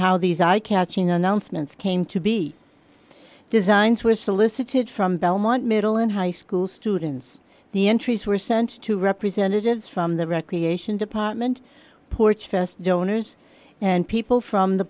how these eye catching announcements came to be designs were solicited from belmont middle and high school students the entries were sent to representatives from the recreation department porch st donors and people from the